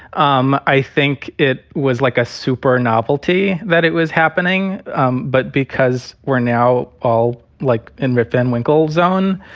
um i think it was like a super novelty that it was happening um but because we're now all like in rip van winkle zone,